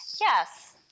Yes